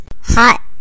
Hot